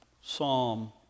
Psalm